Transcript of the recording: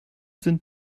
sind